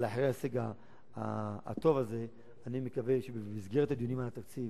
אבל אחרי ההישג הטוב הזה אני מקווה שבמסגרת הדיונים על התקציב,